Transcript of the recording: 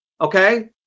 Okay